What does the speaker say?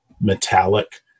metallic